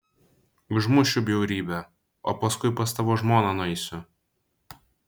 užmušiu bjaurybę o paskui pas tavo žmoną nueisiu